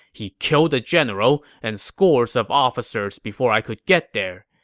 he killed general and scores of officers before i could get there.